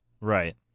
Right